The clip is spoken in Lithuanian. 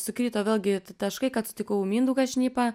sukrito vėlgi taškai kad sutikau mindaugą šnipą